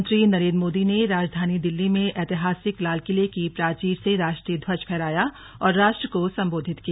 प्रधानमंत्री नरेंद्र मोदी ने राजधानी दिल्ली में ऐतिहासिक लालकिले की प्राचीर से राष्ट्रीय ध्वज फहराया और राष्ट्र को संबोधित किया